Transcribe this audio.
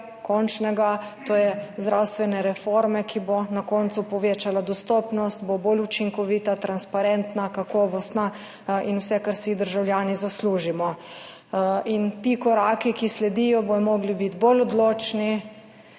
končnega cilja, to je zdravstvene reforme, ki bo na koncu povečala dostopnost, bo bolj učinkovita, transparentna, kakovostna in vse, kar si državljani zaslužimo. Ti koraki, ki sledijo, bodo morali biti odločnejši,